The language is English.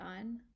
on